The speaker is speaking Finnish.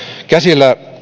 käsillämme